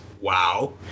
wow